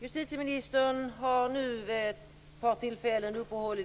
Justitieministern säger att insatsstyrkan har